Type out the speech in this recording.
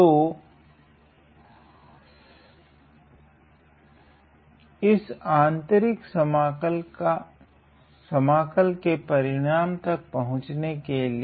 तो खण्डशह समाकल का प्रयोग करे इस आंतरिक समाकल के परिणाम तक पाहुचने के लिए